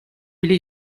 bile